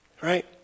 Right